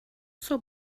zur